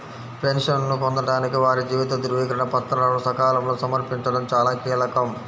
పెన్షన్ను పొందడానికి వారి జీవిత ధృవీకరణ పత్రాలను సకాలంలో సమర్పించడం చాలా కీలకం